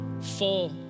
full